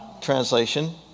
Translation